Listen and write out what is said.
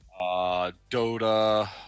Dota